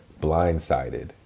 Blindsided